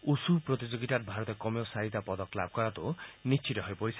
wushu প্ৰতিযোগিতাত ভাৰতে কমেও চাৰিটা পদক লাভ কৰাটো নিশ্চিত হৈ পৰিছে